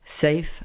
safe